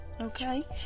Okay